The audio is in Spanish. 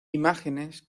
imágenes